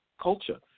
culture